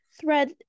thread